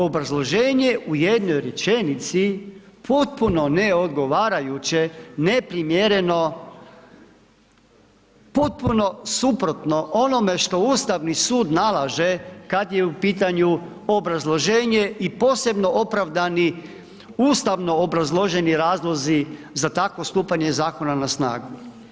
Obrazloženje u jednoj rečenici, potpuno neodgovarajuće neprimijenjeno, potpuno suprotno onome što Ustavni sud nalaže, kada je u pitanju obrazloženje i posebno opravdani, ustavno obrazloženi razlozi za takvo stupanje zakona na snagu.